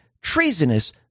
treasonous